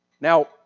Now